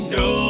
no